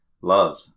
love